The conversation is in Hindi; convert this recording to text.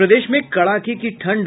और प्रदेश में कड़ाके की ठंड